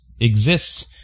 exists